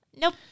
Nope